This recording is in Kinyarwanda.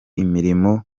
imirimo